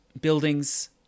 Buildings